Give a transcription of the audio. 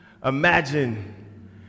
Imagine